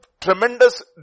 tremendous